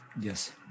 Yes